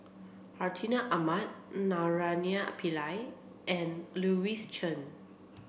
Hartinah Ahmad Naraina Pillai and Louis Chen